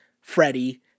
Freddie